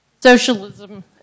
Socialism